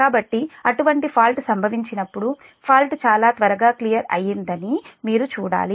కాబట్టి అటువంటి ఫాల్ట్ సంభవించినప్పుడు ఫాల్ట్ చాలా త్వరగా క్లియర్ అయిందని మీరు చూడాలి